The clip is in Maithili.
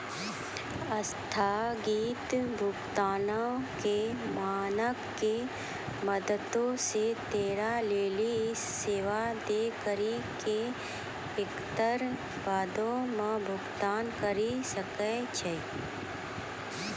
अस्थगित भुगतानो के मानक के मदतो से तोरा लेली इ सेबा दै करि के एकरा बादो मे भुगतान करि सकै छै